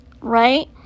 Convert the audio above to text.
Right